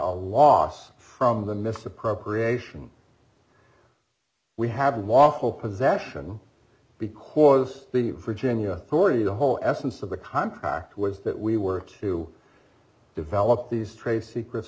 a loss from the misappropriation we have lawful possession because the virginia already the whole essence of the contract was that we were to develop these trade secrets